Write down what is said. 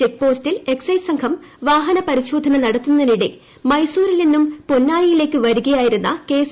ചെക്പോസ്റ്റിൽ excise സംഘം വാഹന പരിശോധന നടത്തുന്നതിനിടെ മൈസൂരിൽ നിന്നും പൊന്നാനിയിലേക്ക് വരുകയായിരുന്ന കെ എസ്